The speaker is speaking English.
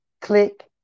Click